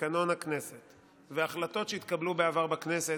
תקנון הכנסת והחלטות שהתקבלו בעבר בכנסת,